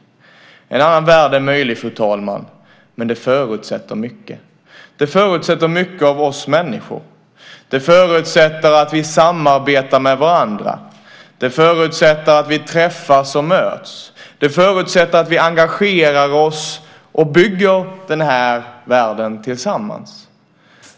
En annan värld är möjlig, fru talman, men det förutsätter mycket. Det förutsätter mycket av oss människor. Det förutsätter att vi samarbetar med varandra. Det förutsätter att vi träffas och möts. Det förutsätter att vi engagerar oss och bygger den här världen tillsammans.